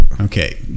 Okay